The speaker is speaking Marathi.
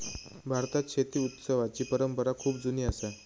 भारतात शेती उत्सवाची परंपरा खूप जुनी असा